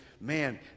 man